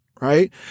right